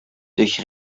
durch